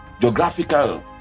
geographical